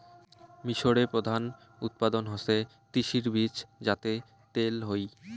মিশরে প্রধান উৎপাদন হসে তিসির বীজ যাতে তেল হই